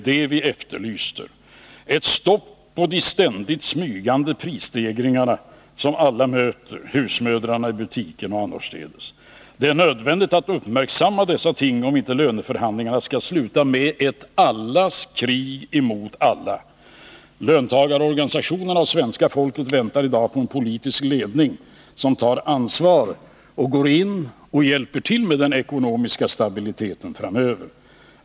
Vi vill ha ett stopp på de ständigt smygande prisstegringar som alla möter, bl.a. husmödrarna i butiken. Det är nödvändigt att uppmärksamma dessa ting, om inte löneförhandlingarna skall sluta med ett allas krig mot alla. Löntagarorganisationerna och svenska folket väntar i dag på en politisk ledning som tar ansvar och som går in och hjälper till för att få ekonomisk stabilitet.